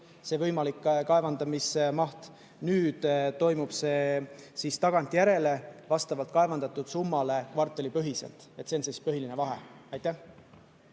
ette võimaliku kaevandamismahu eest, nüüd toimub see tagantjärele, vastavalt kaevandatud summale, kvartalipõhiselt. See on põhiline vahe. Aitäh!